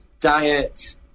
diet